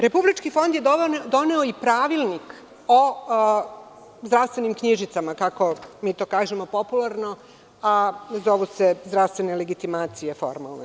Republički fond je doneo i Pravilnik o zdravstvenim knjižicama, kako mi to kažemo popularno, a zovu se zdravstvene legitimacije, formalno.